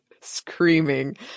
screaming